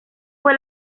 fue